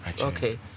okay